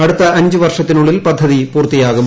അടുത്ത അഞ്ചു വർഷത്തിനുള്ളിൽ പദ്ധതി പൂർത്തിയാകും